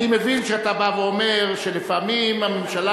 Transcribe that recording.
אני מבין שאתה בא ואומר שלפעמים הממשלה